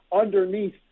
underneath